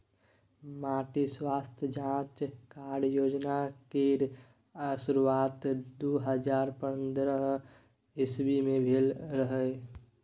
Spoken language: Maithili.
माटि स्वास्थ्य जाँच कार्ड योजना केर शुरुआत दु हजार पंद्रह इस्बी मे भेल रहय